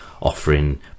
offering